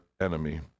enemy